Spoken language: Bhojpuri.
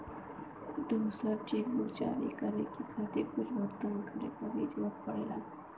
दूसर चेकबुक जारी करे खातिर कुछ भुगतान करे क भी जरुरत पड़ेला